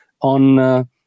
on